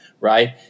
right